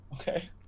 Okay